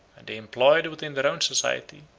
and they employed within their own society,